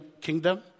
kingdom